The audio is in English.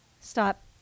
Stop